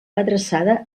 adreçada